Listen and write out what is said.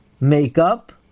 makeup